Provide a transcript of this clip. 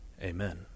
Amen